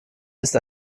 ist